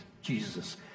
Jesus